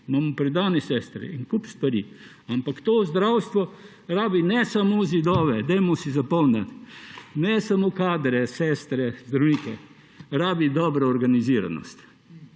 imamo predane sestre, en kup stvari, ampak to zdravstvo ne rabi samo zidov, dajmo si zapomniti, ne samo kadrov, sester, zdravnikov; rabi dobro organiziranost.